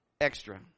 extra